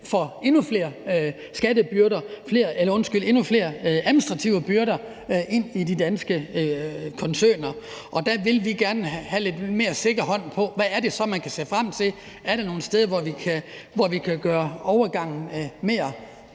forhold til at man får endnu flere administrative byrder ind i de danske koncerner. Der vil vi gerne have lidt mere sikkerhed for, hvad det så er, man kan se frem til. Er der nogle steder, hvor vi kan gøre overgangen mere